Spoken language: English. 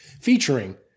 Featuring